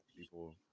people